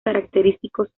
característicos